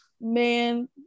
man